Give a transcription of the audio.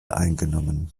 eingenommen